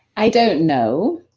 i don't know,